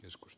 joskus